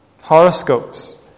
horoscopes